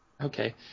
Okay